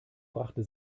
brachte